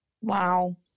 Wow